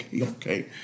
okay